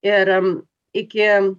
ir iki